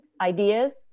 ideas